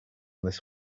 this